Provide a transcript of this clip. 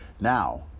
Now